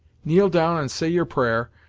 kneel down and say your prayer,